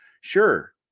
sure